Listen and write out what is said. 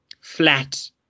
flat